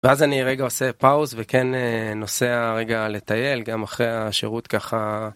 ואז אני רגע עושה פאוז וכן נוסע רגע לטייל גם אחרי השירות ככה.